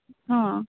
ହଁ